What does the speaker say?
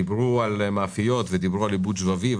דיברו על מאפיות ועל עיבוד שבבים,